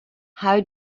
how